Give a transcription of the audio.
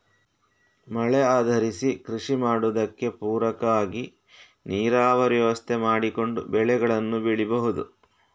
ಮಳೆ ಆಧರಿಸಿ ಕೃಷಿ ಮಾಡುದಕ್ಕೆ ಪೂರಕ ಆಗಿ ನೀರಾವರಿ ವ್ಯವಸ್ಥೆ ಮಾಡಿಕೊಂಡು ಬೆಳೆಗಳನ್ನ ಬೆಳೀಬಹುದು